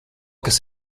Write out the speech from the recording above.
kas